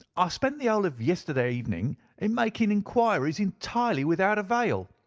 ah spent the whole of yesterday evening in making enquiries entirely without avail.